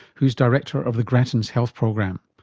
who's director of the gratton's health program.